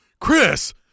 Chris